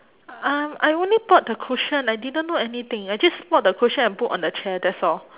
um I only brought the cushion I didn't know anything I just brought the cushion and put on the chair that's all